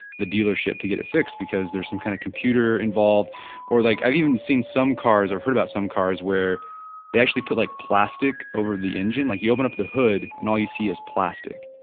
the dealership to get it fixed because there is some kind of computer involved or like, i've even seen some cars or heard about some cars, where they actually put like plastic over the engine like you open up the hood and all you see is plastic